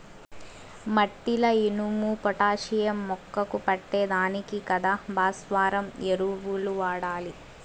మట్టిల ఇనుము, పొటాషియం మొక్కకు పట్టే దానికి కదా భాస్వరం ఎరువులు వాడాలి